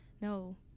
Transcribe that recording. no